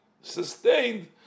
sustained